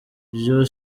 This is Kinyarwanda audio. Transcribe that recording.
ibyo